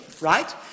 right